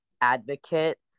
advocate